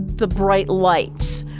the bright lights,